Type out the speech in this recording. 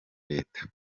leta